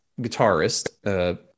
guitarist